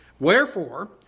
Wherefore